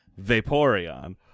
Vaporeon